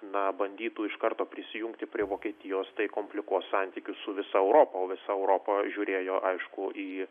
na bandytų iš karto prisijungti prie vokietijos tai komplikuos santykius su visa europa o visa europa žiūrėjo aišku į